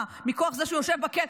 מה, מכוח זה שיושב בכלא?